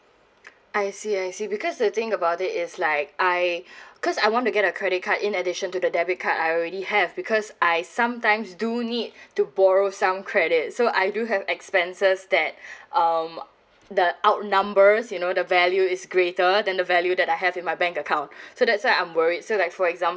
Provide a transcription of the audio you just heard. I see I see because the thing about it is like I because I want to get a credit card in addition to the debit card I already have because I sometimes do need to borrow some credit so I do have expenses that um the outnumbers you know the value is greater than the value that I have in my bank account so that's why I'm worried so like for example